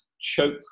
choke